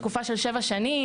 תקופה של שבע שנים,